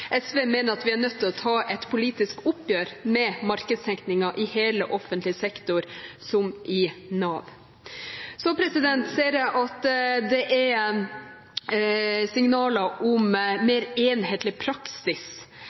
mener at vi er nødt til å ta et politisk oppgjør med markedstenkningen i hele offentlig sektor, som i Nav. Jeg ser at det er signaler om en mer enhetlig praksis